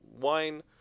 wine